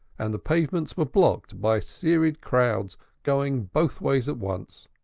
and the pavements were blocked by serried crowds going both ways at once.